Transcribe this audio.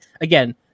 again